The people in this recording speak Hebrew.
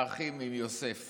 האחים עם יוסף